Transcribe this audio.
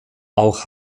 auch